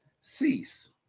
cease